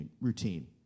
routine